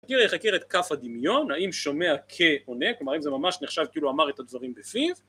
מכיר איך הכיר את כף הדמיון? האם שומע כעונה? כלומר, האם זה ממש נחשב כאילו אמר את הדברים בפיו?